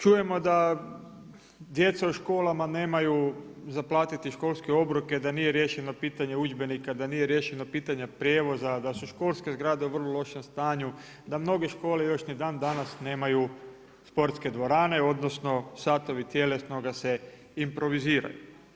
Čujemo da djeca u školama nemaju za platiti školske obroke, da nije riješeno pitanje udžbenika, da nije riješeno pitanje prijevoza, da su školske zgrade u vrlo lošem stanju, da mnoge škole još i dan danas nemaju sportske dvorane, odnosno, satovi tjelesnoga se improviziraju.